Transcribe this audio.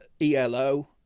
elo